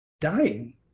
Dying